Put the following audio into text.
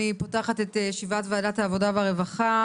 אני פותחת את ישיבת ועדת העבודה והרווחה.